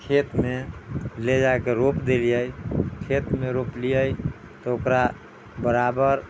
खेत मे ले जाके रोप देलियै खेत मे रोपलियै तऽ ओकरा बराबर